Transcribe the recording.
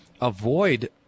avoid